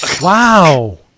Wow